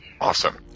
Awesome